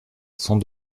sont